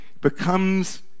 becomes